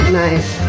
nice